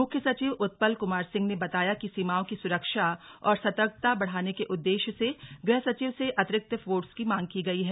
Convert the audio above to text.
मुख्य सचिव उत्पल कुमार सिंह ने बताया कि सीमाओं की सुरक्षा और सतर्कता बढ़ाने के उद्देश्य से गृह सचिव से अतिरिक्त फोर्स की मांग की गयी है